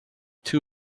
too